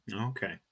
okay